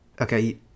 okay